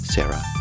Sarah